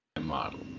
model